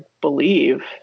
believe